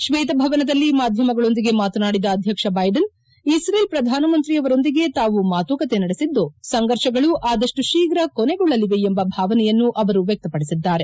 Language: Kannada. ಕ್ಷೇತಭವನದಲ್ಲಿ ಮಾಧ್ಯಮಗಳೊಂದಿಗೆ ಮಾತನಾಡಿದ ಅಧ್ಯಕ್ಷ ಬೈಡನ್ ಇಕ್ರೇಲ್ ಪ್ರಧಾನಮಂತ್ರಿಯೊಂದಿಗೆ ತಾವು ಮಾತುಕತೆ ನಡೆಸಿದ್ದು ಸಂಘರ್ಷಗಳು ಆದಷ್ಟು ಶೀಘ ಕೊನೆಗೊಳ್ಳಲಿವೆ ಎಂಬ ಭಾವನೆಯನ್ನು ಅವರು ವ್ಯಕ್ತಪಡಿಸಿದ್ದಾರೆ